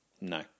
no